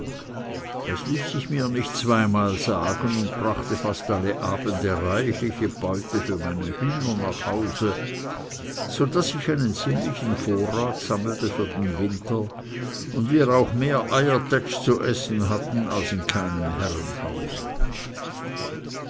das ließ ich mir nicht zweimal sagen und brachte fast alle abende reichliche beute für meine hühner nach hause so daß ich einen ziemlichen vorrat sammelte für den winter und wir auch mehr eiertätsch zu essen hatten als in keinem herrenhause